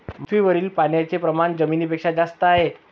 पृथ्वीवरील पाण्याचे प्रमाण जमिनीपेक्षा जास्त आहे